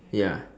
ya